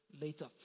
later